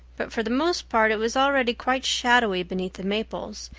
but for the most part it was already quite shadowy beneath the maples,